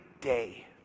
day